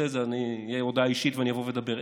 את תהיה הודעה אישית ואני אבוא ואדבר.